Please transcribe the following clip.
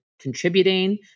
contributing